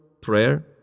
prayer